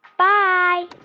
bye